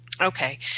Okay